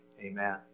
Amen